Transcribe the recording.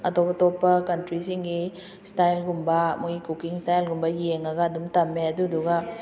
ꯑꯇꯣꯞ ꯑꯇꯣꯞꯄ ꯀꯟꯇ꯭ꯔꯤꯁꯤꯡꯒꯤ ꯏꯁꯇꯥꯏꯜꯒꯨꯝꯕ ꯃꯣꯏ ꯀꯨꯀꯤꯡ ꯏꯁꯇꯥꯏꯜꯒꯨꯝꯕ ꯌꯦꯡꯉꯒ ꯑꯗꯨꯝ ꯇꯝꯃꯦ ꯑꯗꯨꯗꯨꯒ